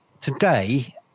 Today